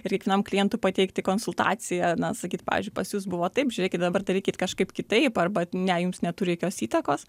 ir kiekvienam klientui pateikti konsultaciją na sakyt pavyzdžiui pas jus buvo taip žiūrėkit dabar darykit kažkaip kitaip arba ne jums neturi jokios įtakos